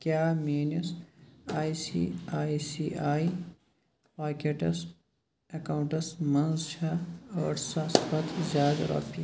کیٛاہ میٲنِس I C I C I pockets accounts مَنٛز چھا ٲٹھ ساس پتہٕ زِیٛادٕ رۄپیہِ